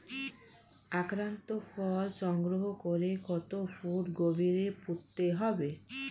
আক্রান্ত ফল সংগ্রহ করে কত ফুট গভীরে পুঁততে হবে?